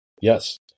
Yes